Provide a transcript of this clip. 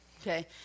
okay